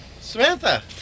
Samantha